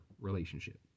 relationship